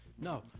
No